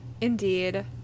Indeed